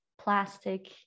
plastic